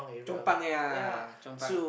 Chong-pang ya Chong-pang